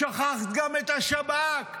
שכחת גם את השב"כ.